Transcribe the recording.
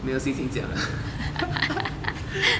没有心情讲了